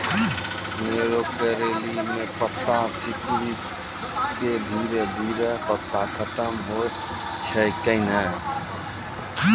मरो करैली म पत्ता सिकुड़ी के धीरे धीरे पत्ता खत्म होय छै कैनै?